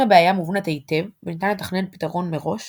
אם הבעיה מובנת היטב וניתן לתכנן פתרון מראש